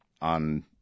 on